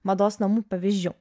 mados namų pavyzdžių